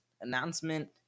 announcement